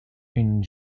une